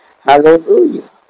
Hallelujah